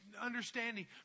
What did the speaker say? understanding